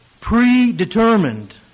predetermined